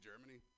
Germany